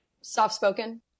Soft-spoken